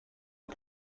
est